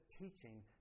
teaching